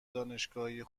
دانشگاهی